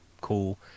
cool